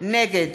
נגד